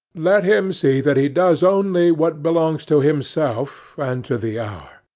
let him see that he does only what belongs to himself and to the hour.